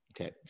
Okay